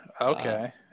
okay